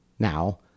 Now